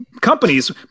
Companies